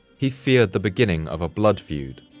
he feared the beginning of a blood feud.